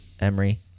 Emery